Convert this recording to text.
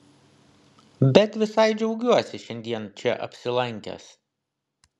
bet visai džiaugiuosi šiandien čia apsilankęs